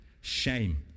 shame